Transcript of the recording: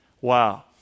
Wow